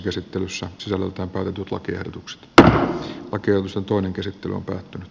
nyt voidaan hyväksyä tai korkeus on toinen käsittely on päättynyt